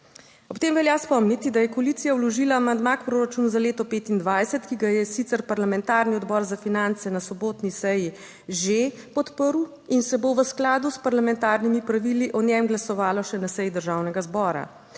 Ob tem velja spomniti, da je koalicija vložila amandma k proračunu za leto 2025, ki ga je sicer parlamentarni odbor za finance na sobotni seji že podprl in se bo v skladu s parlamentarnimi pravili o njem glasovalo še na seji Državnega zbora.